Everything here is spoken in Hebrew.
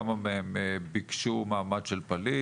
כמה מהם ביקשו מעמד של פליט?